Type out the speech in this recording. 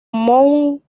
mount